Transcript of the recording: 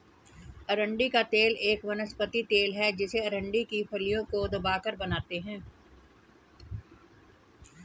अरंडी का तेल एक वनस्पति तेल है जिसे अरंडी की फलियों को दबाकर बनाते है